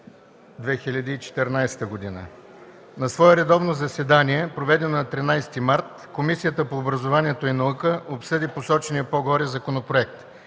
2014 г. На свое редовно заседание, проведено на 13 март 2014 г., Комисията по образованието и науката, обсъди посочения по-горе законопроект.